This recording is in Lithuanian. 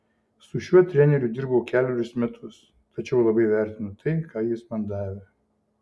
su šiuo treneriu dirbau kelerius metus tačiau labai vertinu tai ką jis man davė